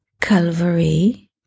Calvary